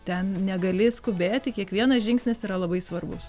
ten negali skubėti kiekvienas žingsnis yra labai svarbus